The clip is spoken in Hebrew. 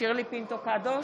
שירלי פינטו קדוש,